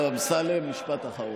השר אמסלם, משפט אחרון.